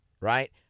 right